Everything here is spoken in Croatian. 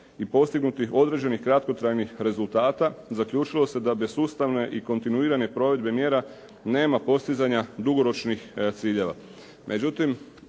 i postignutih određenih kratkotrajnih rezultata zaključilo se da bez sustavne i kontinuirane provedbe mjera nema postizanja dugoročnih ciljeva.